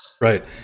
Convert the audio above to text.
Right